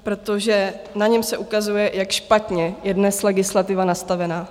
Protože na něm se ukazuje, jak špatně je dnes legislativa nastavená.